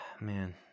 man